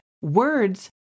words